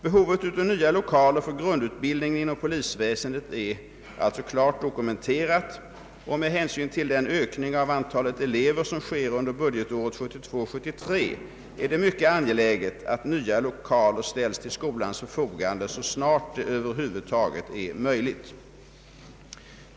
Behovet av nya lokaler för grundutbildning inom polisväsendet är alltså klart dokumenterat, och med hänsyn till den ökning av antalet elever som sker under budgetåret 1972/73 är det mycket angeläget att nya lokaler ställs till skolans förfogande så snart det över huvud taget är möjligt.